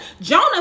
Jonah